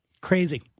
Crazy